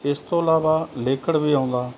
ਇਸ ਤੋਂ ਇਲਾਵਾ ਲਿਕਡ ਵੀ ਆਉਂਦਾ